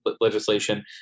legislation